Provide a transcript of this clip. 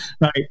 Right